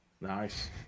Nice